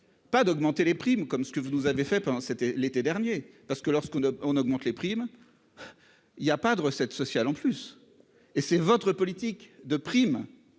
Pas d'augmenter les primes comme ce que vous nous avez fait pendant, c'était l'été dernier. Parce que lorsqu'on ne, on augmente les primes. Il y a pas de recette sociales en plus. Et c'est votre politique de primes